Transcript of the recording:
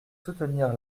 soutenir